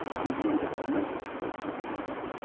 he handed a message plate to reinhart.